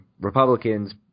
Republicans